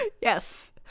Yes